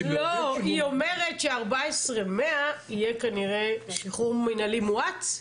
היא אומרת ש-14,100 יהיה כנראה שחרור מנהלי מועט?